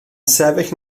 sefyll